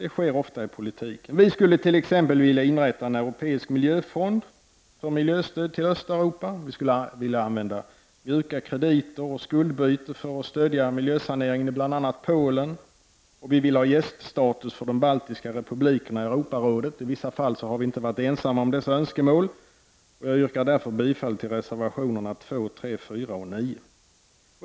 Så sker ju ofta i politiken. Vi skulle t.ex. vilja inrätta en europeisk miljöfond för miljöstöd till Östeuropa. Vi skulle vilja använda s.k. mjuka krediter och skuldbyte för att stödja miljösaneringen i bl.a. Polen, och vi vill ha gäststatus för de baltiska republikerna i Europarådet. I vissa fall har vi inte varit ensamma om dessa önskemål. Jag yrkar därför bifall till reservationerna 2, 3, 4 och 9.